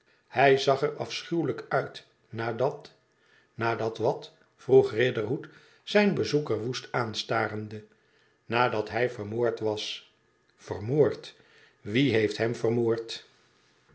hij zag er achuwelijk uit nadat nadat wat vroeg riderhood zijn bezoeker woest aanstarende nadat hij vermoord was vermoord wie heeft hem vermoord